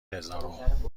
هزارم